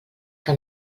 que